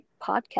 podcast